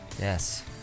Yes